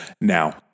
Now